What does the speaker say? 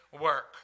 work